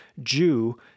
Jew